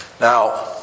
Now